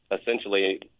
essentially